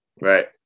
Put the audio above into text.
right